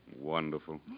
Wonderful